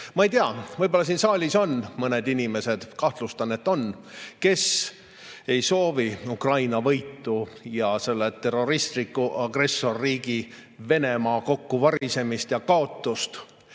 ei tea, võib-olla siin saalis on mõned inimesed – kahtlustan, et on –, kes ei soovi Ukraina võitu ja terroristliku agressorriigi Venemaa kokkuvarisemist ja kaotust.